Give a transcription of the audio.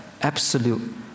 absolute